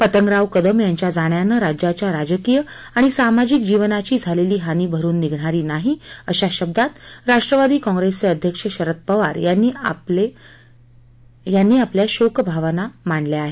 पंतगराव कदम यांच्या जाण्यानं राज्याच्या राजकीय आणि सामाजिक जीवनाची झालेली हानी भरुन निघणारी नाही अशा शब्दात राष्ट्रवादी काँप्रेसचे अध्यक्ष शरद पवार यांनी आपलं शोकसंदेशात म्हटलं आहे